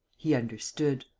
he understood.